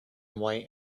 white